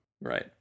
Right